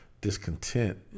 discontent